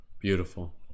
Beautiful